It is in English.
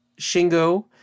Shingo